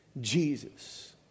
Jesus